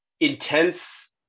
Intense